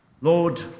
Lord